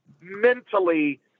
mentally